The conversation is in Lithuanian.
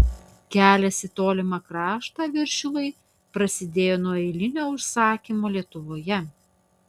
kelias į tolimą kraštą viršilui prasidėjo nuo eilinio užsakymo lietuvoje